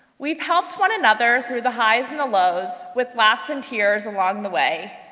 we've helped one another through the highs and the lows, with laughs and tears along the way,